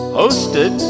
hosted